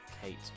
Kate